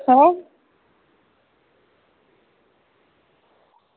कु'न